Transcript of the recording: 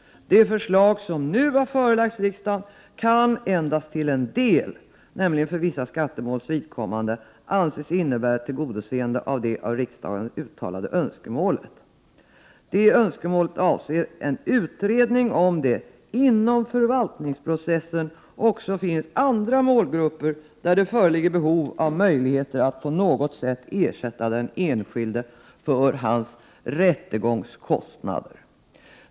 Det förslag som nu har förelagts riksdagen kan endast till en del, nämligen för vissa skattemåls vidkommande, anses innebära tillgodoseende av det av riksdagen uttalade önskemålet. Det önskemålet avser en utredning. Inom förvaltningsprocesser finns också andra målgrupper där det föreligger behov att på något sätt ersätta den enskilde för hans rättegångskostnader.